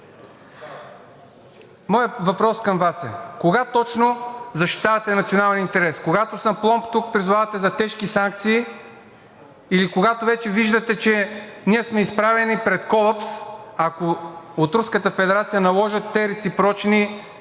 Моят въпрос към Вас е: кога точно защитавате националния интерес? Когато с апломб тук призовавате за тежки санкции или когато вече виждате, че ние сме изправени пред колапс, ако от Руската федерация